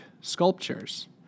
sculptures